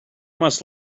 must